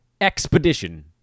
expedition